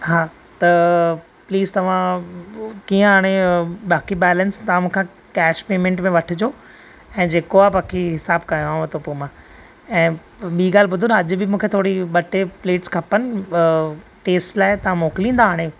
हां त प्लीज़ तव्हां कींअ हाणे बाक़ी बैलेंस तव्हां मूंखे कैश पेमेन्ट में वठिजो ऐं जेको आहे बाक़ी हिसाबु कयाव थो पोइ मां ऐं ॿि ॻाल्हि ॿुधो न अॼु बि मूंखे थोरी ॿ टे प्लेट्स खपनि टेस्ट लाइ तव्हां मोकिलींदा हाणे